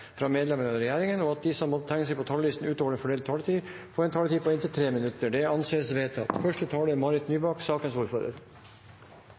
fra medlemmer av regjeringen, og at de som måtte tegne seg på talerlisten utover den fordelte taletid, får en taletid på inntil 3 minutter. – Det anses vedtatt.